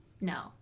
No